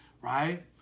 right